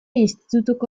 institutuko